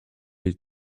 they